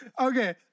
Okay